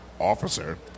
officer